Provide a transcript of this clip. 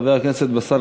חבר הכנסת באסל